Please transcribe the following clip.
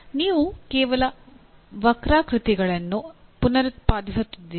ನೀವು ಕೇವಲ ವಕ್ರಾಕೃತಿಗಳನ್ನು ಪುನರುತ್ಪಾದಿಸುತ್ತಿದ್ದೀರಿ